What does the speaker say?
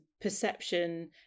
perception